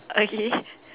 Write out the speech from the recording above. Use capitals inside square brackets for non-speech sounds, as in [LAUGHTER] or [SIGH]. okay [BREATH]